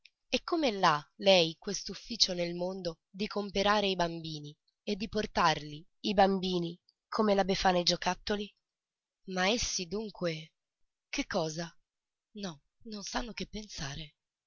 e come l'ha lei quest'ufficio nel mondo di comperare i bambini e di portarli i bambini come la befana i giocattoli ma essi dunque che cosa no non sanno che pensare